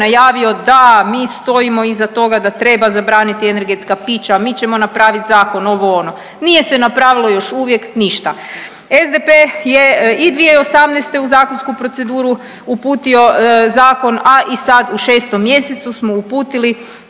da mi stojimo iza toga da treba zabraniti energetska pića, mi ćemo napraviti zakon ovo ono. Nije se napravilo još uvijek ništa. SDP je i 2018. u zakonsku proceduru uputio zakon, a i sad u 6 mjesecu smo uputili